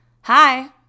Hi